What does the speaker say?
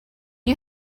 you